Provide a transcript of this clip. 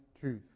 truth